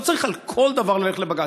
לא צריך על כל דבר ללכת לבג"ץ,